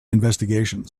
investigations